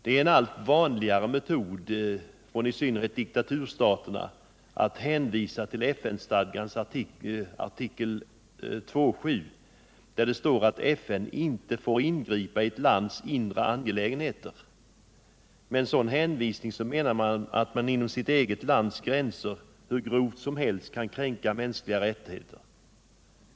En allt vanligare metod från i synnerhet diktaturstaterna är att hänvisa till FN-stadgan, artikel II”, där det står att FN inte får ingripa i ett lands inre angelägenheter. Med en sådan hänvisning menar man att man inom sitt eget lands gränser hur grovt som helst kan kränka mänskliga rättigheter.